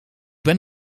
ben